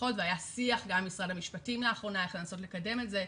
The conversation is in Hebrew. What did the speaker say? דו"חות והיה שיח גם עם משרד המשפטים לאחרונה איך לנסות לקדם את זה.